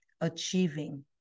achieving